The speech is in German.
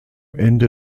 ende